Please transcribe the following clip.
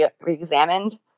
reexamined